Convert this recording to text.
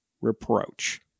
reproach